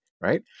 Right